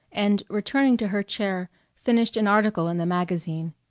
and returning to her chair finished an article in the magazine.